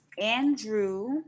andrew